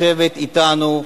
לשבת אתנו,